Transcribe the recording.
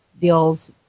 deals